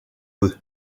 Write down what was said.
eux